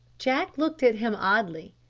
jack looked at him oddly.